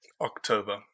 October